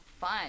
fun